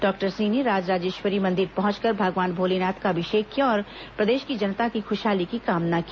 doctor Singh ने राज राजेश्वरी मंदिर पहंचकर भगवान भोलेनाथ का अभिषेक किया और प्रदेश की जनता की ख्शहाली की कामना की